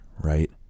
right